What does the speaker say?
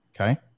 Okay